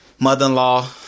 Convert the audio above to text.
Mother-in-law